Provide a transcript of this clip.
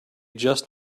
just